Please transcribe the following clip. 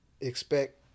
expect